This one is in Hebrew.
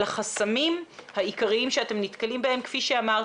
על החסמים העיקריים שאתם נתקלים בהם כפי שאמרתי,